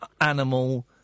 animal